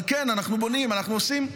אבל כן, אנחנו בונים, אנחנו עושים.